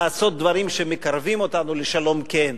לעשות דברים שמקרבים אותנו לשלום, כן.